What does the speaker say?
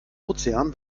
ozean